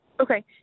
okay